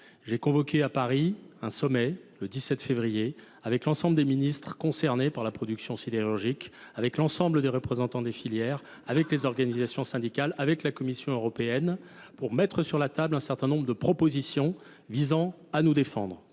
J'ai convoqué à Paris un sommet le 17 février avec l'ensemble des ministres concernés par la production sidérurgique, avec l'ensemble des représentants des filières, avec les organisations syndicales, avec la Commission européenne, pour mettre sur la table un certain nombre de propositions visant à nous défendre.